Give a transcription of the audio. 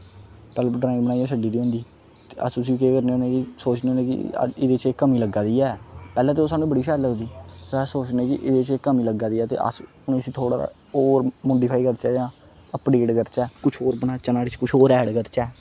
पैह्ले पैह्ले ड्रांइग बनाइयै छड्डी दी होंदी ते अस उसी केह् करने होन्ने कि सोचने आं कि यार एहदे च एह् कमी लग्गा दी ऐ पैह्ले ते ओह् सानूं बड़ी शैल लगदी फिर अस सोचने आं कि एहदे च कमी लग्गा दी ते अस हून इसी थोह्ड़ा जेहा होर माडीफाई करचै जां अपडेट करचै कुछ होर बनाचै नुहाड़े च कुछ होर ऐड करचै